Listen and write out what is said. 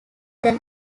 than